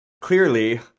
clearly